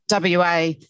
WA